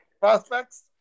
prospects